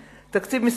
תקציביים,